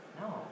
No